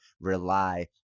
rely